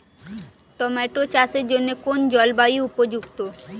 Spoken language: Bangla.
টোমাটো চাষের জন্য কোন জলবায়ু উপযুক্ত?